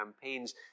campaigns